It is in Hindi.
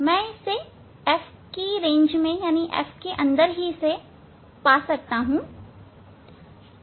मैं इसे f के अंदर ही पा सकता हूं